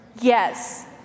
Yes